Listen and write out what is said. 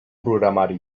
programari